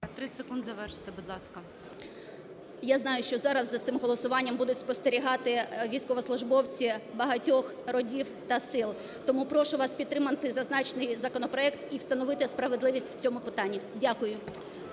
30 секунд завершити, будь ласка. ФРІЗ І.В. Я знаю, що зараз за цим голосуванням будуть спостерігати військовослужбовці багатьох родів та сил, тому прошу вас підтримати зазначений законопроект і встановити справедливість в цьому питанні. Дякую.